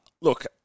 look